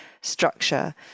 structure